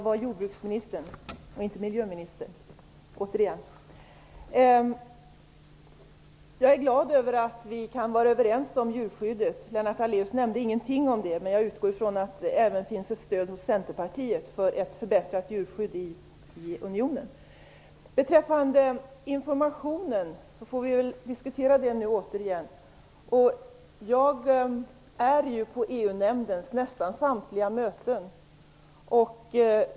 Fru talman! Jag är glad över att vi kan vara överens om djurskyddet. Lennart Daléus nämnde ingenting om det, men jag utgår från att det även finns ett stöd hos Centerpartiet för ett förbättrat djurskydd i unionen. Vi får väl diskutera informationen återigen. Jag är på nästan samtliga EU-nämndens möten.